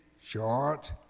short